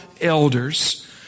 elders